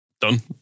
done